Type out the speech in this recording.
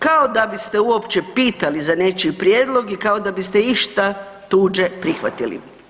Kao da biste uopće pitali za nečiji prijedlog i kao da biste išta tuđe prihvatili.